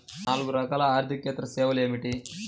నాలుగు రకాల ఆర్థికేతర సేవలు ఏమిటీ?